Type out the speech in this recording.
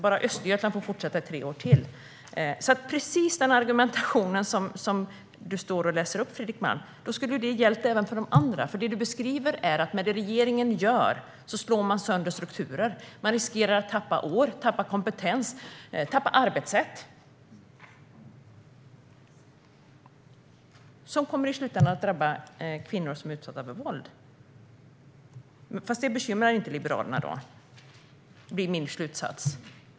Bara Östergötland får fortsätta i tre år till. Precis den argumentation som du står och läser upp, Fredrik Malm, skulle ha gällt även för de andra. Det du beskriver är att man med det regeringen gör slår sönder strukturer. Man riskerar att tappa år, tappa kompetens och tappa arbetssätt. Det kommer i slutändan att drabba kvinnor som är utsatta för våld. Men det bekymrar inte Liberalerna. Det blir min slutsats.